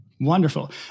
Wonderful